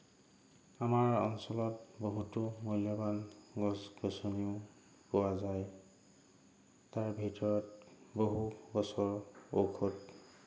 আমাৰ অঞ্চলত বহুতো মূল্যবান গছ গছনি পোৱা যায় তাৰ ভিতৰত বহু গছৰ ঔষধ